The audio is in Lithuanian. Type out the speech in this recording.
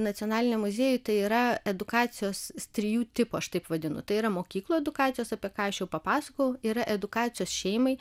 nacionaliniam muziejuj tai yra edukacijos trijų tipų aš taip vadinu tai yra mokyklų edukacijos apie ką aš jau papasakojau yra edukacijos šeimai